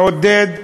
מעודד,